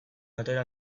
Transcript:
atera